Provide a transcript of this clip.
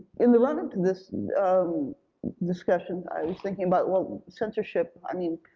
in the run up to this discussion, i was thinking about, well, censorship, i mean,